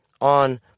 on